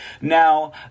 Now